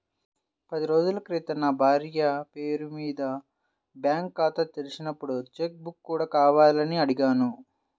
పది రోజుల క్రితం నా భార్య పేరు మీద బ్యాంకు ఖాతా తెరిచినప్పుడు చెక్ బుక్ కూడా కావాలని అడిగాను